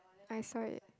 I saw it